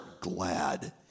glad